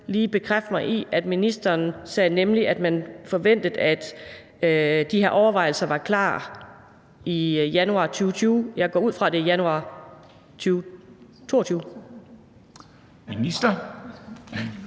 lige bekræfte mig i, at ministeren nemlig sagde, at man forventede, at de her overvejelser var klar i januar 2020. Jeg går ud fra, at det er januar 2022. Kl.